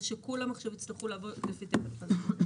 או שכולם יצטרכו עכשיו לפי תקן אירופאי.